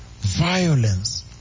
violence